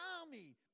army